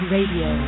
Radio